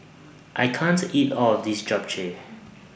I can't eat All of This Japchae